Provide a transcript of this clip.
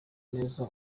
neza